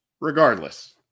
regardless